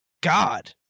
God